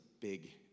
big